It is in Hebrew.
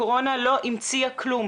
הקורונה לא המציאה כלום,